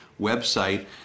website